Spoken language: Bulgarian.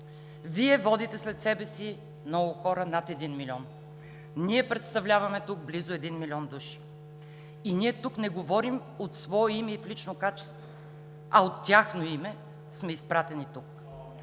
Вие водите след себе си много хора – над 1 милион. Ние представляваме тук близо 1 милион души и тук не говорим от свое име и лично качество, а от тяхно име сме изпратени тук.